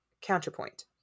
counterpoint